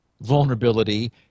vulnerability